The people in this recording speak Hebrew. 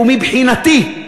ומבחינתי,